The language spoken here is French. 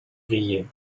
grillée